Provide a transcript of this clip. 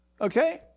okay